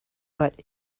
but